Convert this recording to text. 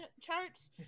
charts